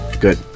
good